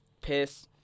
piss